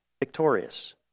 victorious